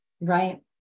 Right